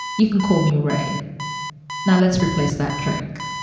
you can call me ray now let's replace that drink